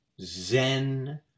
Zen